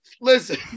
listen